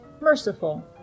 merciful